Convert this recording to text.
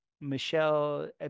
Michelle